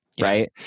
Right